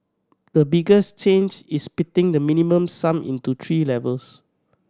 the biggest change is splitting the Minimum Sum into three levels